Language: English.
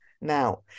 now